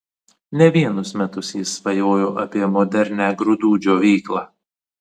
ne vienus metus jis svajojo apie modernią grūdų džiovyklą